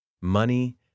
Money